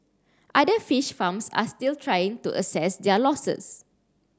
other fish farms are still trying to assess their losses